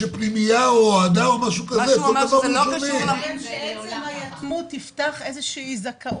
עצם היתמות תפתח איזושהי זכאות.